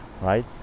right